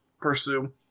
pursue